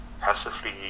passively